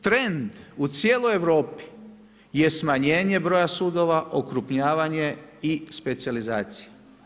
Trend u cijeloj Europi je smanjenje broja sudova, okrupnjavanje i specijalizacija.